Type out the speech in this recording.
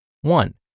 One